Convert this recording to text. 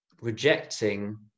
rejecting